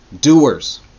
Doers